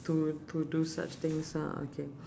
to to do such things ah okay